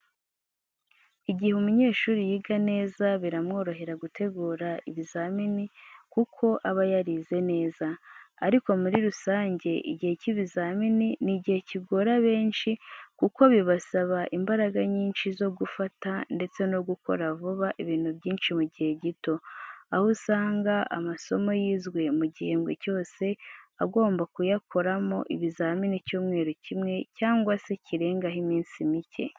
Igihe umunyeshuri yiga neza biramworohera gutegura ibizamini kuko aba yarize neza, ariko muri rusange igihe cy'ibizamini ni igihe kigora benshi kuko bibasaba imbaraga nyinshi zo gufata ndetse no gukora vuba ibintu byinshi mu gihe gito, aho usanga amasomo yizwe mu gihembwe cyose ugomba kuyakoramo ibizamini icyumweru kimwe cyangwa se kirengaho iminsi mike.